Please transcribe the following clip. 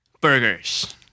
Burgers